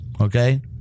okay